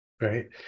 right